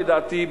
לדעתי,